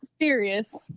serious